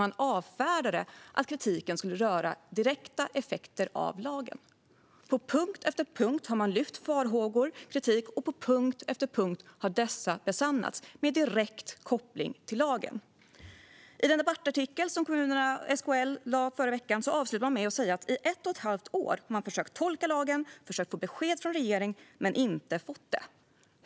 Man avfärdade att kritiken skulle röra direkta effekter av lagen. På punkt efter punkt har farhågor och kritik lyfts, och på punkt efter punkt har dessa besannats, med direkt koppling till lagen. I SKL:s debattartikel förra veckan sägs avslutningsvis att man i ett och ett halvt år har försökt tolka lagen och försökt få besked från regeringen utan att få det.